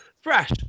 fresh